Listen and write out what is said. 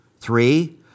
Three